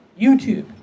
YouTube